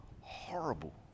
horrible